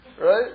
right